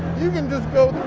you can just go